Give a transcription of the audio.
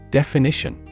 definition